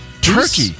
Turkey